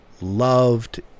loved